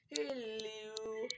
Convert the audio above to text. Hello